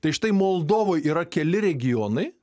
tai štai moldovoj yra keli regionai